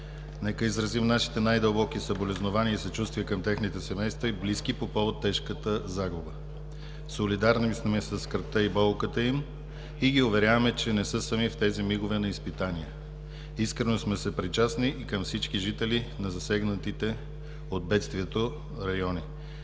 Нека изразим нашите най-дълбоки съболезнования и съчувствия към техните семейства и близки по повод тежката загуба. Солидарни сме със скръбта и болката им и ги уверяваме, че не са сами в тези мигове на изпитание. Искрено сме съпричастни и към всички жители на засегнатите от бедствието райони.